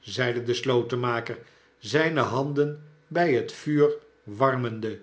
zeide de slotenmaker zijne handen bij het vuur warmende